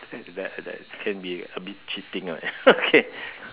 that that that can be a bit cheating right okay